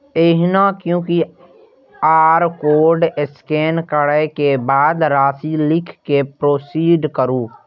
एहिना QR code scan करै के बाद राशि लिख कें प्रोसीड करू